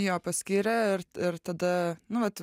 jo paskyrė ir tada nu vat